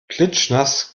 klitschnass